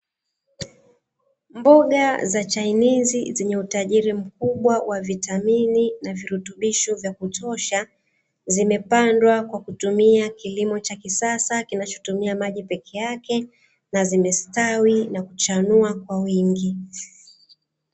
Mboga za chainizi zenye utajiri mkubwa wa vitamini na virutubisho vya kutosha, zimepandwa kwa kutumia kilimo cha kisasa kinachotumia maji peke yake, na zimestawi na kuchanua kwa wingi.